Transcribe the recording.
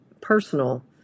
personal